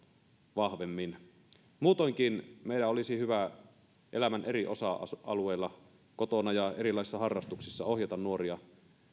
vahvemmin muutoinkin meidän olisi hyvä elämän eri osa alueilla kotona ja erilaisissa harrastuksissa ohjata nuoria